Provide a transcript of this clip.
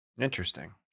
Interesting